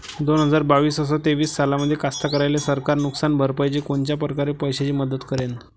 दोन हजार बावीस अस तेवीस सालामंदी कास्तकाराइले सरकार नुकसान भरपाईची कोनच्या परकारे पैशाची मदत करेन?